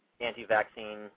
anti-vaccine